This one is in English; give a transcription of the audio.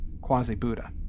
quasi-Buddha